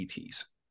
ETs